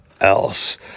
else